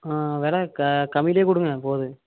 வில க கம்மிலியேக் கொடுங்க போதும்